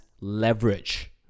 leverage